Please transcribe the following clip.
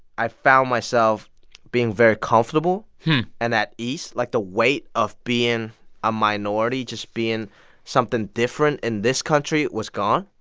i found myself being very comfortable and at ease. like, the weight of being a minority, just being something different in this country, was gone.